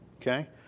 Okay